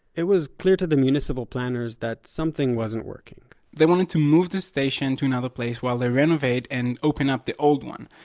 it was clear to the municipal planners that something wasn't working they wanted to move the station to another place while they renovate and open up the old one.